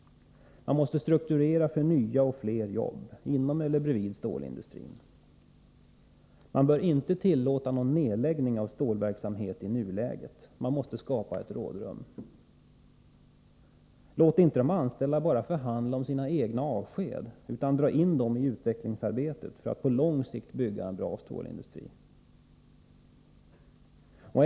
Man måste strukturera för nya och fler jobb, inom eller bredvid stålindustrin. Man bör i nuläget inte tillåta någon nedläggning av stålverksamhet, utan skapa ett rådrum. Låt inte de anställda bara förhandla om sina egna avskedanden, utan dra in dem i utvecklingsarbetet för att långsiktigt bygga en bra stålindustri.